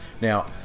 now